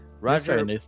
Roger